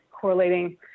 correlating